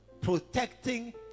protecting